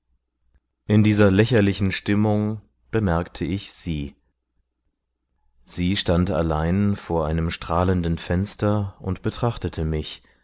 in dieser lächerlichen stimmung bemerkte ich sie sie stand allein vor einem strahlenden fenster und betrachtete mich